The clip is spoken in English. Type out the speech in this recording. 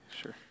Sure